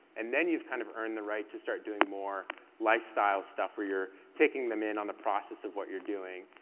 and then you've kind of earned the right to start doing more lifestyle stuff where you're taking them in on a process of what you're doing.